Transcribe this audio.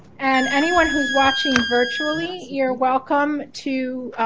and anyone who's watching virtually, you're welcome to